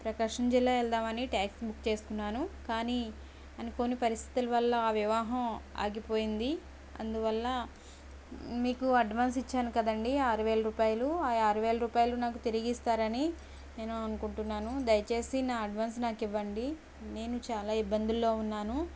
ప్రకాశం జిల్లా వెళదామని taxi book చేసుకున్నాను కానీ అనుకోని పరిస్థితుల వల్ల ఆ వివాహం ఆగిపోయింది అందువల్ల మీకు అడ్వాన్స్ ఇచ్చాను కదండి ఆరువేల రూపాయలు ఆ ఆరు వేల రూపాయలు నాకు తిరిగిస్తారని నేను అనుకుంటున్నాను దయచేసి నా అడ్వాన్స్ నాకు ఇవ్వండి నేను చాలా ఇబ్బందుల్లో ఉన్నాను